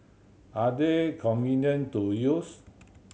are they convenient to use